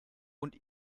und